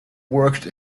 worked